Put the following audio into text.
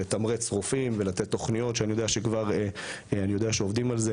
לתמרץ רופאים ולתת תוכניות שאני יודע שכבר עובדים על זה,